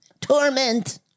torment